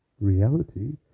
reality